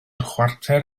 chwarter